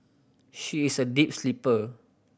she is a deep sleeper